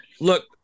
Look